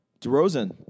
DeRozan